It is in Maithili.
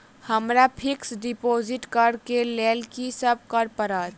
हमरा फिक्स डिपोजिट करऽ केँ लेल की सब करऽ पड़त?